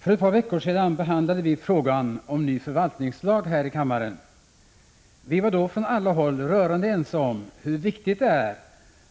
Herr talman! För ett par veckor sedan behandlade vi här i kammaren frågan om ny förvaltningslag. Vi var då från alla håll rörande ense om hur viktigt det är